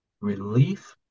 relief